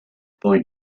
point